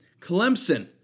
Clemson